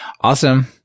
awesome